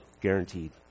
guaranteed